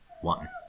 one